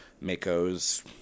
Mako's